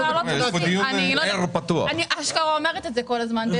אני כל הזמן אומרת את זה.